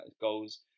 goals